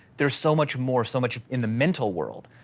there's so much more, so much in the mental world.